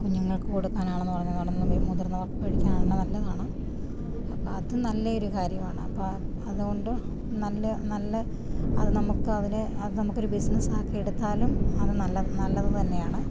കുഞ്ഞുങ്ങൾക്ക് കൊടുക്കാൻ ആണെന്ന് പറഞ്ഞാലും മുതിർന്നവർക്ക് കഴിക്കാൻ ആണെങ്കിലും നല്ലതാണ് അപ്പോള് അത് നല്ല ഒരു കാര്യമാണ് അപ്പോള് അതുകൊണ്ട് നല്ല നല്ല അത് നമുക്ക് അതിനെ അത് നമുക്ക് ഒരു ബിസിനസ് ആക്കി എടുത്താലും അത് നല്ലത് നല്ലത് തന്നെയാണ്